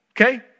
okay